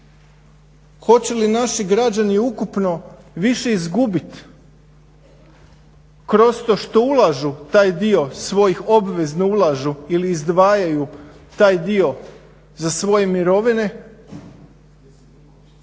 hoće li naši građani ukupno više izgubit kroz to što ulažu taj dio svojih obveza, ulažu ili izdvajaju taj dio za svoje mirovine